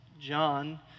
John